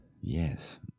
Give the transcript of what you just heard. Yes